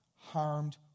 harmed